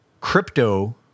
crypto